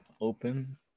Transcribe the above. Open